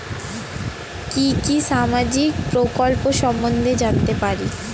কি কি সামাজিক প্রকল্প সম্বন্ধে জানাতে পারি?